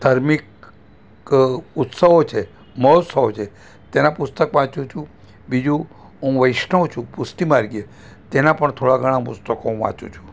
ધાર્મિક ઉત્સવો છે મહોત્સવો છે તેના પુસ્તક વાંચું છું બીજું હું વૈષ્નવ છું પુષ્ટિ માર્ગીય તેના પણ થોડા ઘણા પુસ્તકો હું વાંચું છું